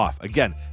Again